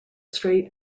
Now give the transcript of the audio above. straight